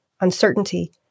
uncertainty